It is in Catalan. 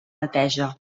neteja